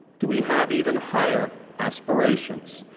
do we have even higher aspirations?